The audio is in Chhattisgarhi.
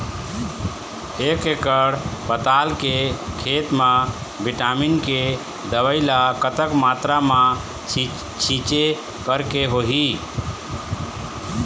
एक एकड़ पताल के खेत मा विटामिन के दवई ला कतक मात्रा मा छीचें करके होही?